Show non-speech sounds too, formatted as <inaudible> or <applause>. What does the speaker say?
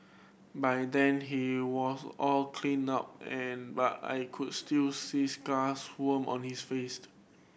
by then he was all cleaned up and but I could still see scars <unintelligible> on his face <unintelligible>